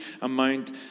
amount